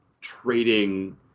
trading